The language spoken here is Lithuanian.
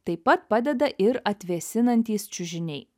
taip pat padeda ir atvėsinantys čiužiniai